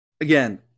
Again